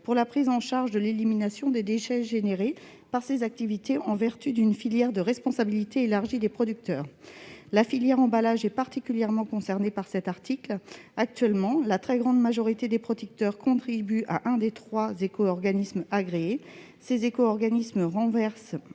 pour la prise en charge de l'élimination des déchets produits par ses activités, en vertu d'une filière REP. La filière emballages est particulièrement concernée par cet article. Actuellement, la très grande majorité des producteurs contribuent à l'un des trois éco-organismes agréés. Ces derniers reversent